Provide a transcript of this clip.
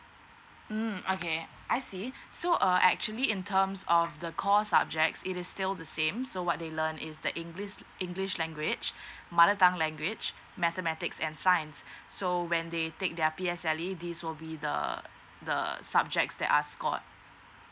mm okay I see so uh actually in terms of the core subjects it is still the same so what they learn is the english english language mother tongue language mathematics and science so when they take their P_S_L_E these will be the the subjects that are scored